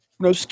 No